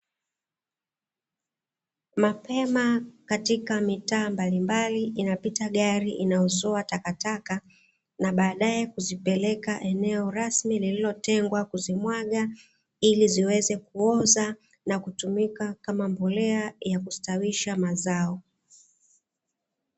Mapema katika mitaa mbalimbali inapita gari inayozoa takataka, na baadaye kuzipeleka eneo rasmi lililotengwa kuzimwaga, ili ziweze kuoza na kutumika kama mbolea ya kustawisha mazao.